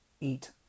eat